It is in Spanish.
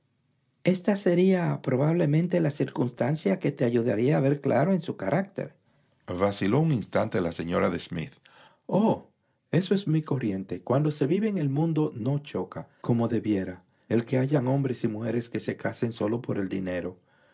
esta sería probablemente la circunstancia que te ayudaría a ver claro en su carácter vaciló un instante la señora de smith oh eso es muy corriente cuando se vive en el mundo no choca como debiera el que haya hombres y mujeres que se casen sólo por el dinero